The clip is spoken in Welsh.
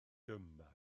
dyma